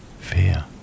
fear